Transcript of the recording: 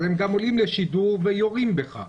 הם עולים לשידור וגם יורים בך.